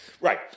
Right